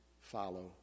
follow